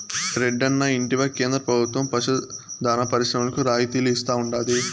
రెడ్డన్నా ఇంటివా కేంద్ర ప్రభుత్వం పశు దాణా పరిశ్రమలకు రాయితీలు ఇస్తా ఉండాది